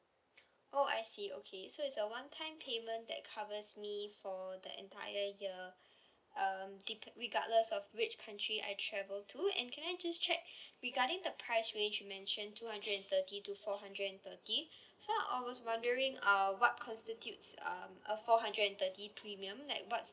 oh I see okay so it's a one-time payment that covers me for the entire year um dep~ regardless of which country I travel to and can I just check regarding the price range you mentioned two hundred and thirty to four hundred and thirty so I was wondering uh what constitutes um a four hundred and thirty premium like what's